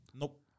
Nope